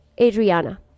adriana